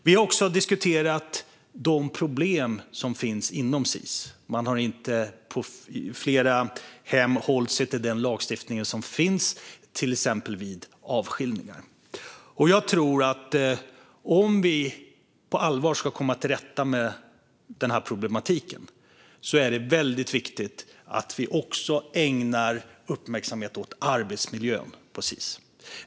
Vi har också diskuterat de problem som finns inom Sis. På flera hem har man inte hållit sig till lagstiftningen vid till exempel avskiljning. Om vi på allvar ska komma till rätta med detta är det viktigt att vi också uppmärksammar arbetsmiljön.